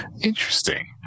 Interesting